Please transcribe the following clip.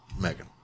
Megan